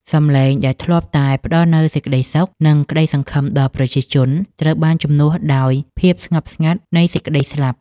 សម្លេងដែលធ្លាប់តែផ្តល់នូវសេចក្តីសុខ និងក្តីសង្ឃឹមដល់ប្រជាជន ត្រូវបានជំនួសដោយភាពស្ងប់ស្ងាត់នៃសេចក្តីស្លាប់។